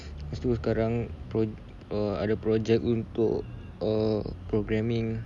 lepas tu sekarang pro~ uh ada project untuk err programming